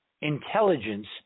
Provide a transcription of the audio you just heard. intelligence